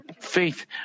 faith